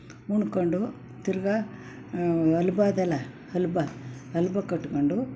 ಉಣ್ಕೊಂಡು ತಿರುಗಾ ಅಲ್ಲಿ ಬಾದೆಲಾ ಹಲ್ವ ಹಲ್ವ ಕಟ್ಕೊಂಡು